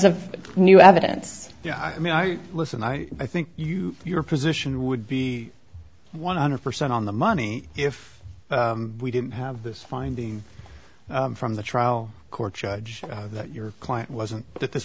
of new evidence yeah i mean i listen i i think you your position would be one hundred percent on the money if we didn't have this finding from the trial court judge that your client wasn't that this